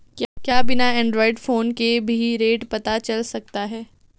क्या बिना android phone के भी रेट पता चल सकता है?